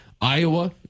Iowa